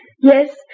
Yes